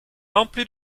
rempli